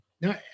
no